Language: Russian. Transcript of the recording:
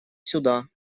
сюда